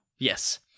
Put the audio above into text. Yes